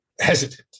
hesitant